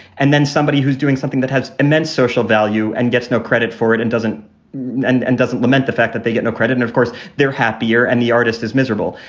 and then somebody who's doing something that has immense social value and gets no credit for it and doesn't and and doesn't lament the fact that they get no credit and of course, they're happier and the artist is miserable.